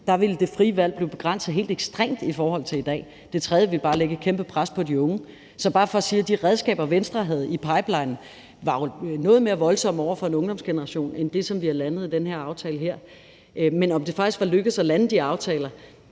ville det frie valg bliver begrænset helt ekstremt i forhold til i dag, mens det tredje bare ville lægge et kæmpe pres på de unge. Det er bare for at sige, at de redskaber, Venstre havde i pipelinen, jo var noget voldsommere over for ungdomsgenerationen end det, som vi har landet i den her aftale. Men om det faktisk var lykkedes at lande de aftaler,